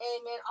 amen